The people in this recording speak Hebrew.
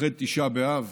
אחרי תשעה באב